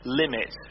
limit